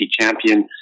champion